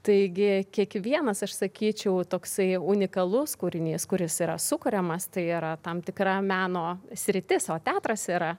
taigi kiekvienas aš sakyčiau toksai unikalus kūrinys kuris yra sukuriamas tai yra tam tikra meno sritis o teatras yra